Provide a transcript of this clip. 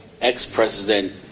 ex-president